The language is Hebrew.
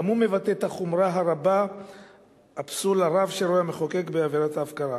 גם הוא מבטא את החומרה הרבה והפסול הרב שהמחוקק רואה בעבירת ההפקרה.